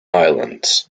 islands